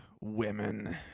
women